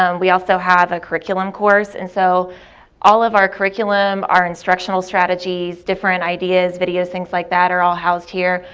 um we also have a curriculum course, and so all of our curriculum, our instructional strategies, different ideas, videos, things like that are all housed here.